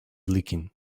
leaking